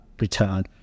return